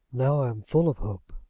now i am full of hope.